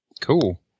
Cool